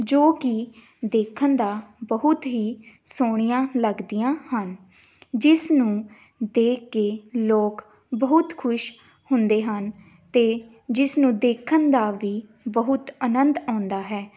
ਜੋ ਕਿ ਦੇਖਣ ਦਾ ਬਹੁਤ ਹੀ ਸੋਹਣੀਆਂ ਲੱਗਦੀਆਂ ਹਨ ਜਿਸ ਨੂੰ ਦੇਖ ਕੇ ਲੋਕ ਬਹੁਤ ਖੁਸ਼ ਹੁੰਦੇ ਹਨ ਅਤੇ ਜਿਸ ਨੂੰ ਦੇਖਣ ਦਾ ਵੀ ਬਹੁਤ ਆਨੰਦ ਆਉਂਦਾ ਹੈ